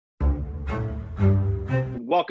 Welcome